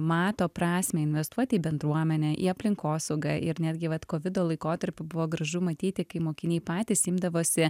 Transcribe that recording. mato prasmę investuoti į bendruomenę į aplinkosaugą ir netgi vat kovido laikotarpiu buvo gražu matyti kai mokiniai patys imdavosi